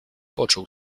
poczuł